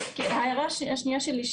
ההערה השנייה שלי,